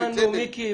בצדק --- תודה מיקי,